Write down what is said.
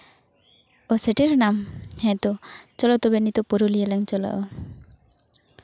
ᱚ ᱥᱮᱴᱮᱨ ᱮᱱᱟᱢ ᱦᱮᱸᱛᱚ ᱪᱚᱞᱚ ᱛᱚᱵᱮ ᱱᱤᱛᱚᱜ ᱯᱩᱨᱩᱞᱤᱭᱟ ᱞᱟᱝ ᱪᱟᱞᱟᱜᱼᱟ